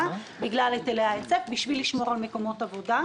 בגלל היטלי ההיצף בשביל לשמור על מקומות עבודה.